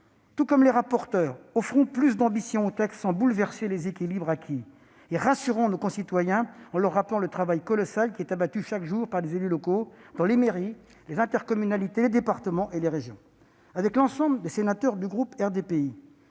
Tout comme les rapporteurs, offrons encore plus d'ambition au texte sans bouleverser les équilibres acquis et rassurons nos concitoyens, en leur rappelant le travail colossal qui est abattu chaque jour par les élus locaux, dans les mairies, les intercommunalités, les départements et les régions. Avec l'ensemble des sénateurs du groupe RDPI,